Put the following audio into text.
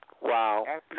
Wow